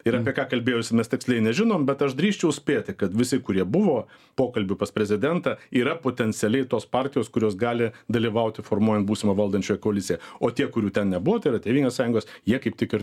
ir apie ką kalbėjosi mes tiksliai nežinom bet aš drįsčiau spėti kad visi kurie buvo pokalbių pas prezidentą yra potencialiai tos partijos kurios gali dalyvauti formuojant būsimą valdančiąją koaliciją o tie kurių ten nebuvo tai yra tėvynės sąjungos jie kaip tik ir